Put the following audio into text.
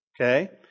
Okay